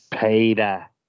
peter